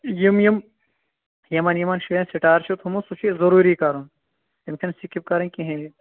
یِم یِِم یِمن یِمن شُرین سِٹار چھُ تھوٚومُت سُہ چھُے ضروٗری کَرُن یِم چھِنہ سِکِپ کرٕنۍ کِہنۍ